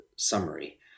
Summary